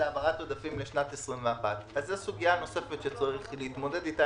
העברת עודפים לשנת 2021. זאת סוגיה נוספת שצריך להתמודד איתה,